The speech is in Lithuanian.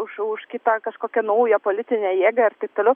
už už kitą kažkokią naują politinę jėgą ir taip toliau